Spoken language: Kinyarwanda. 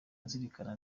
nzirikana